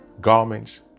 garments